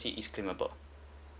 is claimable